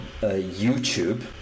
YouTube